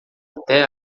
até